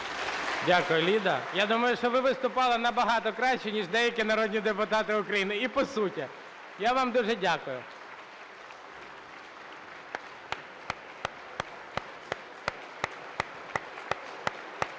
Дякую, Лідо. Я думаю, що ви виступали набагато краще, ніж деякі народні депутати України, і по суті. Я вам дуже дякую.